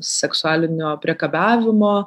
seksualinio priekabiavimo